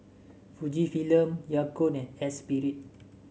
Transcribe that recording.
Fujifilm Yakult and Espirit